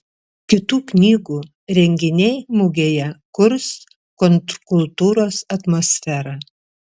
kitų knygų renginiai mugėje kurs kontrkultūros atmosferą